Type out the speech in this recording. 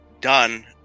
done